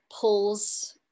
pulls